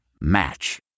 Match